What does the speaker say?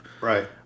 Right